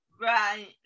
right